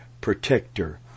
protector